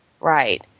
right